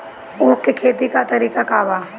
उख के खेती का तरीका का बा?